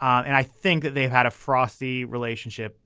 and i think that they've had a frosty relationship